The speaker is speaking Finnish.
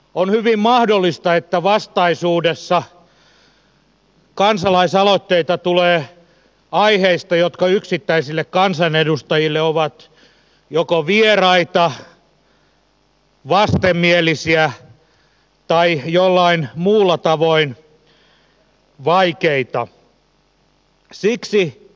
on hyvin mahdollista että vastaisuudessa kansalaisaloitteita tulee aiheista jotka yksittäisille kansanedustajille ovat joko vieraita vastenmielisiä tai jollain muulla tavoin vaikeita